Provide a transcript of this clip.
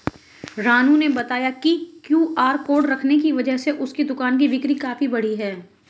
रानू ने बताया कि क्यू.आर कोड रखने की वजह से उसके दुकान में बिक्री काफ़ी बढ़ी है